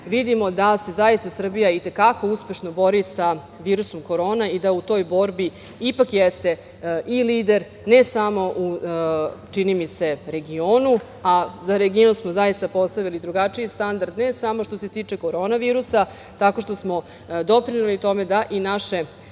vidimo da se zaista Srbija i te kako uspešno bori sa virusom korona i da u toj borbi ipak jeste i lider ne samo, čini mi se, u regionu a za region smo zaista postavili drugačiji standard ne samo što se tiče korona virusa tako što smo doprineli tome da i naše